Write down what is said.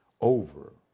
over